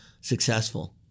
successful